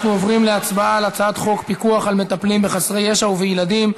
אנחנו עוברים להצבעה על הצעת חוק פיקוח על מטפלים בחסרי ישע ובילדים,